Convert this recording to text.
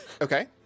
Okay